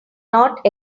not